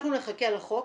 אנחנו נחכה לחוק,